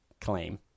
claim